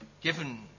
given